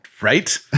Right